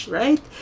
right